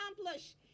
accomplish